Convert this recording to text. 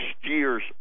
year's